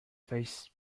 face